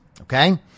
Okay